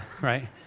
right